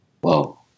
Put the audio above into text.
whoa